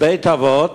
בבית-אבות